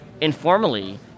informally